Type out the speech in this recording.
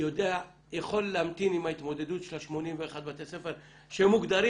יכול להמתין עם ההתמודדות של 81 בתי הספר שמוגדרים